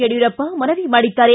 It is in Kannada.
ಯಡಿಯೂರಪ್ಪ ಮನವಿ ಮಾಡಿದ್ದಾರೆ